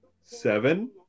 seven